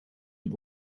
een